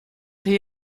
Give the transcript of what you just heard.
hie